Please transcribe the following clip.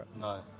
No